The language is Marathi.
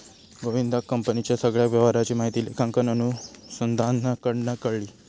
गोविंदका कंपनीच्या सगळ्या व्यवहाराची माहिती लेखांकन अनुसंधानाकडना कळली